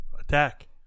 attack